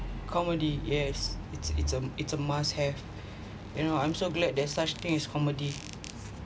comedy yes it's it's a it's a must have you know I'm so glad there's such thing as comedy